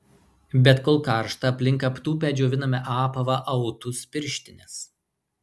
bet kol karšta aplink aptūpę džioviname apavą autus pirštines